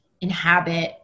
inhabit